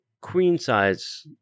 queen-size